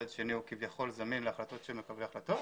מצד שני הוא כביכול זמין להחלטות של מקבלי ההחלטות,